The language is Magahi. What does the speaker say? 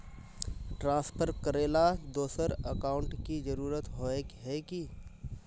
ट्रांसफर करेला दोसर अकाउंट की जरुरत होय है की?